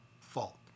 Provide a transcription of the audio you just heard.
fault